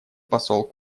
посол